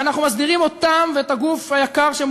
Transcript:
ואנחנו מסדירים אותם ואת הגוף היקר שהם